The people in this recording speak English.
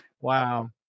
Wow